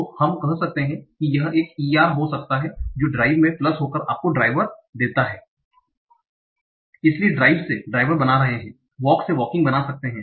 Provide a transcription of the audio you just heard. तो हम कह सकते हैं कि यह e r हो सकता जो ड्राइव में प्लस होकर आपको ड्राइवर देता है इसलिए ड्राइव से ड्राईवर बना रहे हैं वॉक से वॉकिंग बना सकते हैं